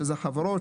שזה חברות,